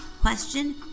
question